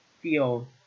feel